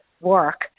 work